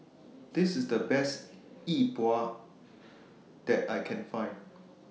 This IS The Best Yi Bua that I Can Find